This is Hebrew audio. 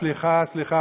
סליחה, סליחה.